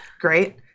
great